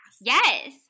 Yes